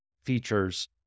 features